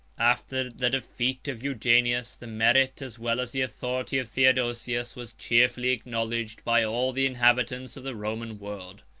after the defeat of eugenius, the merit, as well as the authority, of theodosius was cheerfully acknowledged by all the inhabitants of the roman world.